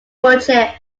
budget